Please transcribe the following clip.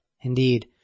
Indeed